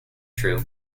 true